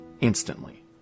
Instantly